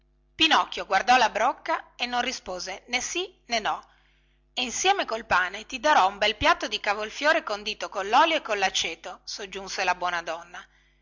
pinocchio guardò la brocca e non rispose né sì né no e insieme col pane ti darò un bel piatto di cavolfiore condito collolio e collaceto soggiunse la buona donna